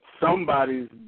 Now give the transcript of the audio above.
somebody's